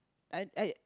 I I